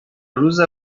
روز